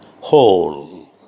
whole